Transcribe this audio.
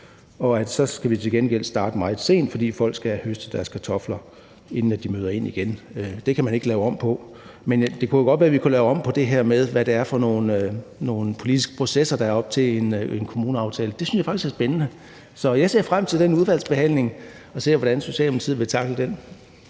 og at vi så til gengæld skal starte meget sent, fordi folk skal høste deres kartofler, inden de møder ind igen. Det kan man ikke lave om på, men det kunne jo godt være, at vi kunne lave om på det her med, hvad det er for nogle politiske processer, der er op til en kommuneaftale. Det synes jeg faktisk er spændende, så jeg ser frem til den udvalgsbehandling og til at se, hvordan Socialdemokratiet vil tackle det.